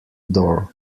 door